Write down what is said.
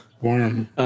Warm